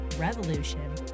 revolution